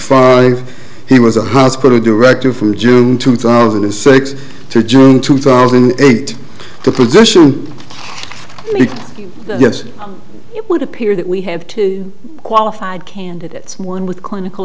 five he was a hospital director from june two thousand and six to june two thousand and eight the position yes it would appear that we have to qualified candidates one with clinical